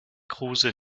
kruse